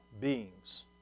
beings